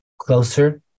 closer